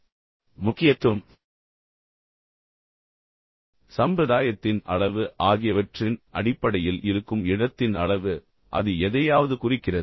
இப்போது முக்கியத்துவம் சம்பிரதாயத்தின் அளவு ஆகியவற்றின் அடிப்படையில் இருக்கும் இடத்தின் அளவு எனவே அது எதையாவது குறிக்கிறது